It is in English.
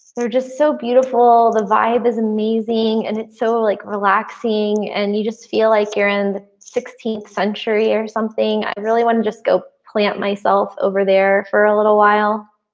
they're just so beautiful. the vibe is amazing and it's so like relaxing and you just feel like you're in the sixteenth century or something. i really want to just go plant myself over there for a little while.